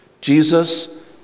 Jesus